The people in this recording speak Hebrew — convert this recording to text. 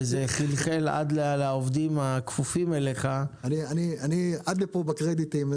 וזה חלחל עד לעובדים הכפופים אליך -- אני עד פה בקרדיטים.